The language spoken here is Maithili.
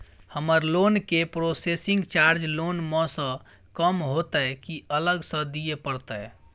हमर लोन के प्रोसेसिंग चार्ज लोन म स कम होतै की अलग स दिए परतै?